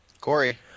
Corey